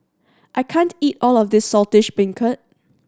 I can't eat all of this Saltish Beancurd